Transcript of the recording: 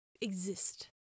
exist